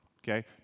Okay